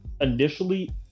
initially